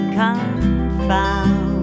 confound